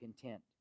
content